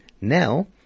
now